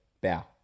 bow